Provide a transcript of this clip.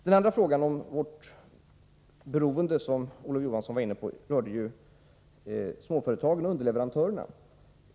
Den andra fråga när det gäller vårt beroende som Olof Johansson var inne på rörde småföretagen som underleverantörer.